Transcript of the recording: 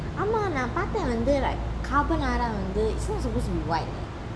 நான் பதன் வந்து:naan pathan vanthu like carbonara வந்து:vanthu is not supposed to be white leh